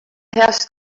heast